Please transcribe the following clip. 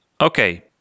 Okay